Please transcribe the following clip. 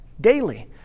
daily